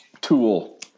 tool